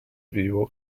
vivo